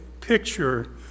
picture